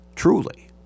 truly